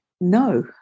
no